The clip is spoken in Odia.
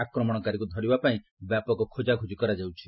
ଆକ୍ରମଣକାରୀକୁ ଧରିବାପାଇଁ ବ୍ୟାପକ ଖୋକାଖୋଜି କରାଯାଉଛି